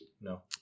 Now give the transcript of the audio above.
No